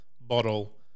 bottle